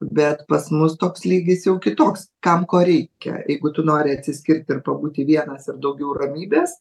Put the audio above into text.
bet pas mus toks lygis jau kitoks kam ko reikia jeigu tu nori atsiskirti ir pabūti vienas ir daugiau ramybės